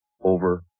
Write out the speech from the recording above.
over